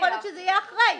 יכול להיות שזה יהיה אחרי.